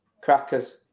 Crackers